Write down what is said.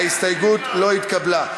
ההסתייגות לא התקבלה.